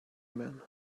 men